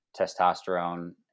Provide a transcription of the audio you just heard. testosterone